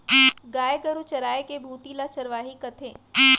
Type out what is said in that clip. गाय गरू चराय के भुती ल चरवाही कथें